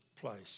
place